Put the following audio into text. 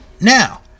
Now